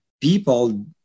people